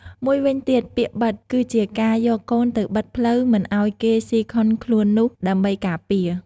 មួយវិញទៀតពាក្យ បិទ គឺជាការយកកូនទៅបិទផ្លូវមិនឱ្យគេស៊ីខុនខ្លួននោះ ដើម្បីការពារ។